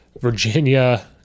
Virginia